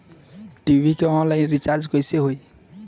TV के online recharge कैसे होखी?